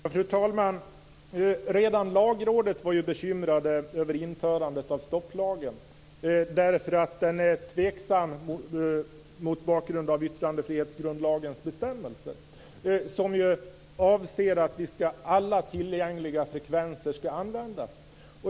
Fru talman! Redan Lagrådet var ju bekymrat över införandet av stopplagen därför att den är tveksam mot bakgrund av bestämmelserna i yttrandefrihetsgrundlagen, som ju avser att alla tillgängliga frekvenser skall användas.